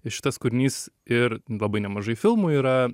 šitas kūrinys ir labai nemažai filmų yra